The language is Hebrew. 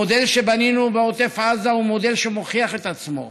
המודל שבנינו בעוטף עזה הוא מודל שמוכיח את עצמו.